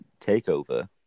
TakeOver